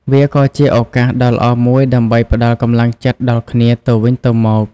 វាក៏ជាឱកាសដ៏ល្អមួយដើម្បីផ្តល់កម្លាំងចិត្តដល់គ្នាទៅវិញទៅមក។